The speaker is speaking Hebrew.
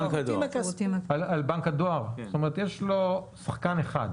זאת אומרת, יש לו שחקן אחד.